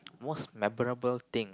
most memorable thing